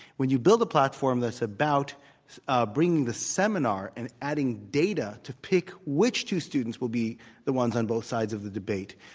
when you build a platform that's about ah bringing the seminar and adding data to pick which two students will be the ones on both sides of the debate,